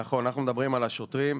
נכון, אנחנו מדברים על השוטרים.